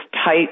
Tight